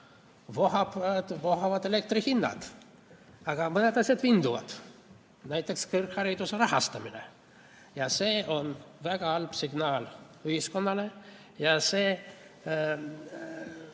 vohavad elektrihinnad. Aga mõned asjad vinduvad, näiteks kõrghariduse rahastamine. See on väga halb signaal ühiskonnale ja see